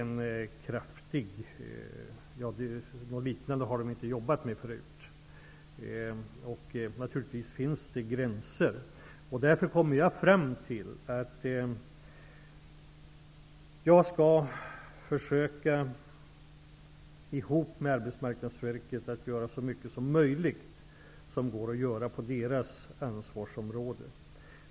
Något liknande har man där inte jobbat med tidigare. Naturligtvis finns det gränser. Därför kommer jag fram till att jag, tillsammans med Arbetsmarknadsverket, skall försöka göra så mycket som möjligt som går att göra på dess ansvarsområde.